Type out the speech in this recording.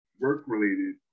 work-related